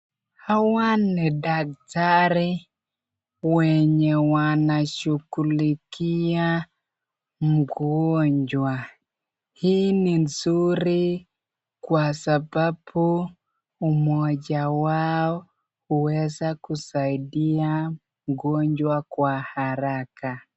Hawa ni daktari wenye wanashughulikia mgonjwa hii ni znuri kwa sababu umoja wao hiweza kusaidia mgonjwa kwa haraka.